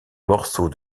morceaux